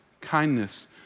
kindness